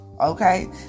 Okay